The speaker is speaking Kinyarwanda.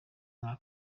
nka